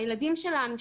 הילדים שלנו,